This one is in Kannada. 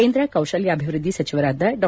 ಕೇಂದ್ರ ಕೌಶಲಾಭಿವೃದ್ಧಿ ಸಚಿವರಾದ ಡಾ